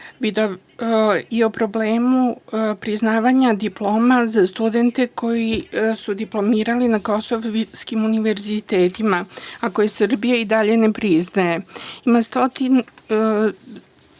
i problem priznavanja diploma za studente koji su diplomirali na kosovskim univerzitetima, a koje Srbija i dalje ne priznaje.